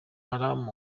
haram